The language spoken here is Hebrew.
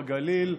בגליל,